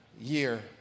year